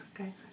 Okay